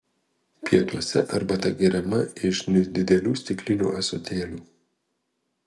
pietuose arbata geriama iš nedidelių stiklinių ąsotėlių